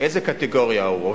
איזה קטגוריה הוא,